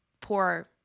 poor